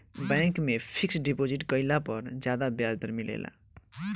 bank में fixed deposit कईला पर ज्यादा ब्याज दर मिलेला